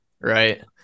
right